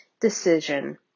decision